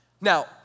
Now